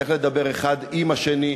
איך לדבר האחד עם השני,